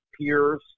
peers